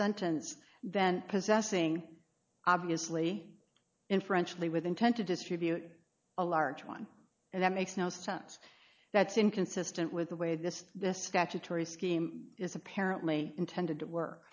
sentence than possessing obviously inferentially with intent to distribute a large one and that makes no sense that's inconsistent with the way this the statutory scheme is apparently intended to work